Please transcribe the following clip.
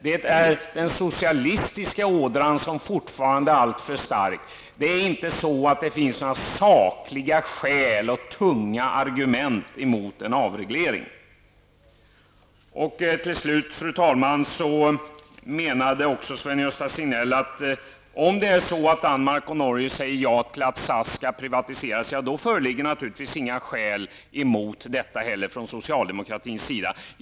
Det är den socialistiska ådran som fortfarande är alltför stark. Det är inte så att det finns några sakliga skäl och tunga argument emot en avreglering. Fru talman! Till slut menade också Sven-Gösta Signell att om Danmark och Norge säger ja till att SAS skall privatiseras föreligger inte heller något skäl emot detta från socialdemokraternas sida.